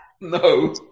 No